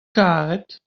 karet